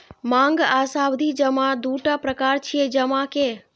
मांग आ सावधि जमा दूटा प्रकार छियै जमा के